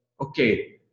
okay